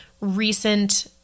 recent